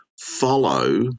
follow